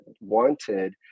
wanted